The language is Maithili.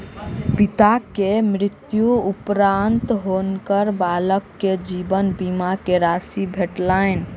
पिता के मृत्यु उपरान्त हुनकर बालक के जीवन बीमा के राशि भेटलैन